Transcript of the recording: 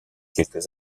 quelques